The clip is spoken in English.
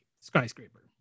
skyscraper